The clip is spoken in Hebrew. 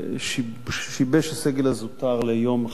שיבש הסגל הזוטר ליום אחד